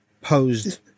posed